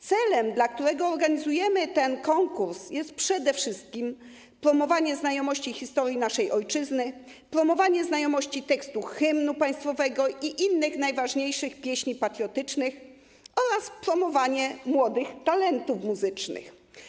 Celem, dla którego organizujemy ten konkurs, jest przede wszystkim promowanie znajomości historii naszej ojczyzny, promowanie znajomości tekstu hymnu państwowego i innych najważniejszych pieśni patriotycznych oraz promowanie młodych talentów muzycznych.